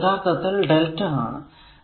ഇത് യഥാർത്ഥത്തിൽ lrmΔ ആണ്